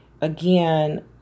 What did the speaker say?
again